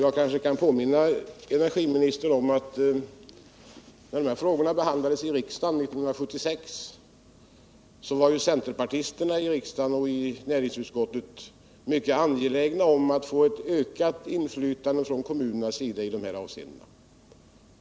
Jag kanske får påminna energiministern om att centerpartisterna i kammaren och i näringsutskottet när dessa frågor behandlades i riksdagen 1976 var mycket angelägna om att kommunerna skulle få ett ökat inflytande i dessa avseenden.